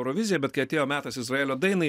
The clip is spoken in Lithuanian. euroviziją bet kai atėjo metas izraelio dainai